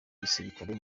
gisirikare